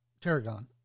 tarragon